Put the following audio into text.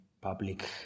public